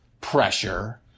pressure